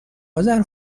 اذر